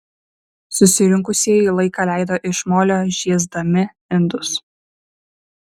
susirinkusieji laiką leido iš molio žiesdami indus